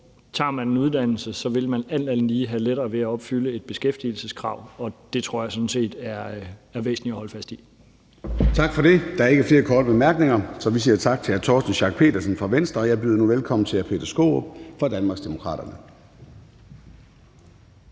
tager man en uddannelse, vil man alt andet lige have lettere ved at opfylde et beskæftigelseskrav. Og det tror jeg sådan set er væsentligt at holde fast i. Kl. 15:19 Formanden (Søren Gade): Tak for det. Der er ikke flere korte bemærkninger. Så vi siger tak til hr. Torsten Schack Pedersen fra Venstre. Jeg byder nu velkommen til hr. Peter Skaarup fra Danmarksdemokraterne.